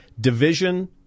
Division